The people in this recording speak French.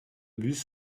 bus